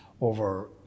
over